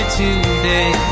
today